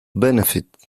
benefit